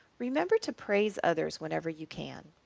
remember to praise others whenever you can.